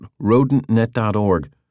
rodentnet.org